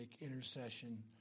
intercession